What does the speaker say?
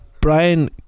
Brian